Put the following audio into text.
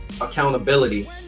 accountability